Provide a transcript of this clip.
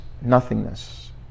nothingness